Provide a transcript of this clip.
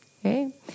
okay